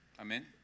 amen